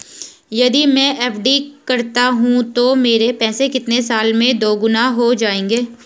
यदि मैं एफ.डी करता हूँ तो मेरे पैसे कितने साल में दोगुना हो जाएँगे?